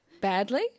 Badly